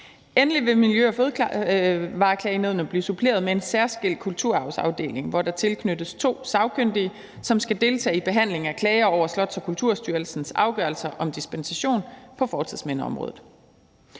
Endelig vil Miljø- og Fødevareklagenævnet blive suppleret med en særskilt kulturarvsafdeling, hvor der tilknyttes to sagkyndige, som skal deltage i behandlingen af klager over Slots- og Kulturstyrelsens afgørelser om dispensation på fortidsmindeområdet.